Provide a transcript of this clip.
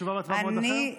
תשובה והצבעה במועד אחר?